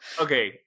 Okay